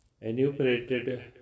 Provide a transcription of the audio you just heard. enumerated